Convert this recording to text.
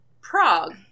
Prague